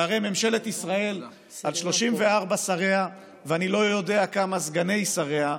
שהרי ממשלת ישראל על 34 שריה ואני לא יודע כמה סגני שריה,